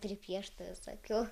pripiešta visokių